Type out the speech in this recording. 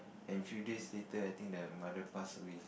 and few days later I think the mother pass away